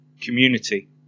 community